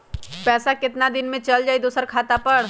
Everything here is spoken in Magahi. पैसा कितना दिन में चल जाई दुसर खाता पर?